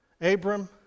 Abram